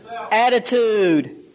Attitude